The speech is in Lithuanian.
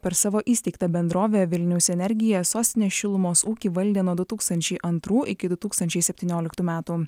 per savo įsteigtą bendrovę vilniaus energija sostinės šilumos ūkį valdė nuo du tūkstančiai antrų iki du tūkstančiai septynioliktų metų